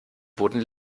wurden